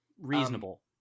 Reasonable